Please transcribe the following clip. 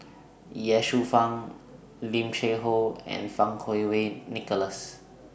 Ye Shufang Lim Cheng Hoe and Fang Kuo Wei Nicholas